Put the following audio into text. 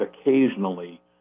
occasionally